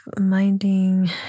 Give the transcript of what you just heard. minding